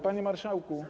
Panie marszałku.